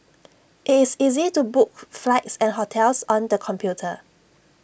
IT is easy to book flights and hotels on the computer